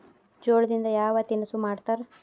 ಜೋಳದಿಂದ ಯಾವ ತಿನಸು ಮಾಡತಾರ?